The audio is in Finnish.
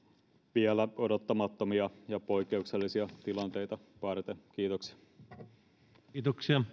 vielä odottamattomia ja poikkeuksellisia tilanteita varten kiitoksia kiitoksia